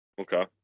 okay